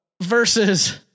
versus